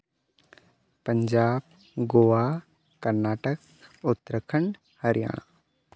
Punjab Goa Karnataka Uttarakhand Haryana